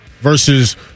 versus